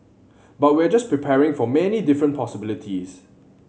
but we're just preparing for many different possibilities